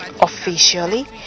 Officially